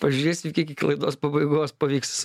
pažiūrėsiu kiek iki laidos pabaigos pavyks